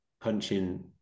punching